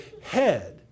head